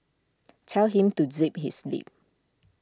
tell him to zip his lip